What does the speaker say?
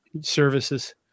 services